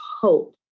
hope